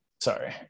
sorry